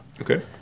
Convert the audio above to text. Okay